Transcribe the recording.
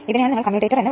7 ampere ലഭിക്കും